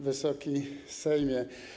Wysoki Sejmie!